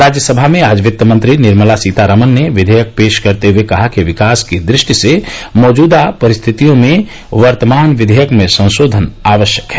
राज्यसभा में आज वित्तमंत्री निर्मला सीतारामन ने विधेयक पेश करते हथे कहा कि विकास की दृष्टि से मौजूदा परिस्थितियों में वर्तमान विधेयक में संशोधन आवश्यक है